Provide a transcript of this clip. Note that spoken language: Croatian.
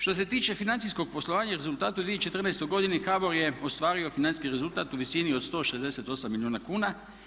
Što se tiče financijskog poslovanja i rezultata u 2014. godini HBOR je ostvario financijski rezultat u visini od 168 milijuna kuna.